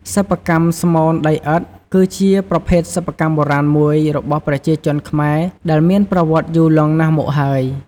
សិប្បកម្មស្មូនដីឥដ្ឋ គឺជាប្រភេទសិប្បកម្មបុរាណមួយរបស់ប្រជាជនខ្មែរដែលមានប្រវត្តិយូរលង់ណាស់មកហើយ។